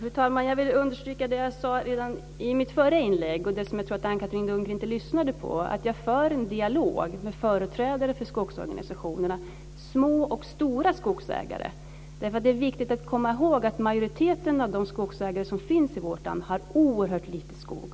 Fru talman! Jag vill understryka vad jag sade redan i mitt förra inlägg. Jag tror att Anne-Katrine Dunker inte lyssnade på det. Jag för en dialog med företrädare för skogsorganisationerna - små och stora skogsägare. Det är viktigt att komma ihåg att majoriteten av skogsägarna i vårt land har oerhört lite skog.